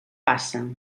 passa